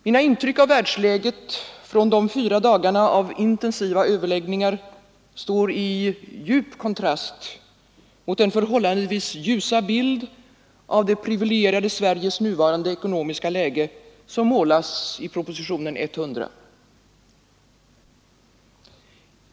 Mina intryck av världsläget från dessa fyra dagar av intensiva överläggningar står i djup kontrast mot den förhållandevis ljusa bild av det privilegierade Sveriges nuvarande ekonomiska läge som målas i propositionen 100.